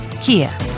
Kia